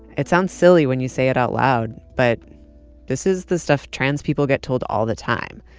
it sounds silly when you say it out loud but this is the stuff trans people get told all the time.